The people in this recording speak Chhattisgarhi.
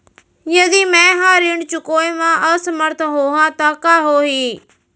यदि मैं ह ऋण चुकोय म असमर्थ होहा त का होही?